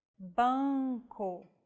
Banco